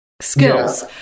skills